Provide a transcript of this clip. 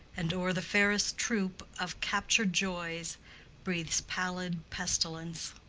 and o'er the fairest troop of captured joys breathes pallid pestilence.